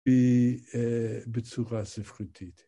‫בצורה ספרותית.